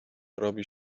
robi